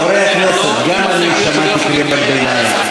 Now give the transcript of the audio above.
חברי הכנסת, גם אני שמעתי קריאות ביניים.